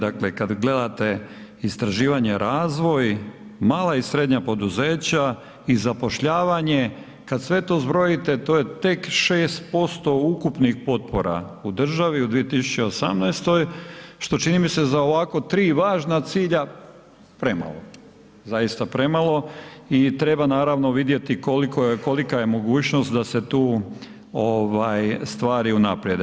Dakle kad gledate istraživanje i razvoj, mala i srednja poduzeća i zapošljavanje, kad sve to zbrojite, to eje tek 6% ukupnih potpora u državi u 2018., što čini mi se za ovako 3 važna cilja, premalo, zaista premalo i treba naravno vidjeti kolika je mogućnost da se tu stvari unaprijede.